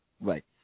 Right